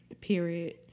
Period